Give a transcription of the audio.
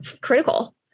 critical